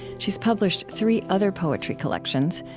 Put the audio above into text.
she's published three other poetry collections,